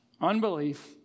Unbelief